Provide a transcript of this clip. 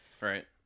Right